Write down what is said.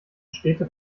städte